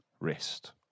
rest